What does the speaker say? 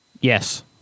Yes